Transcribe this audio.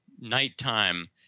nighttime